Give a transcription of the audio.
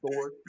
Four